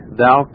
thou